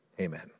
Amen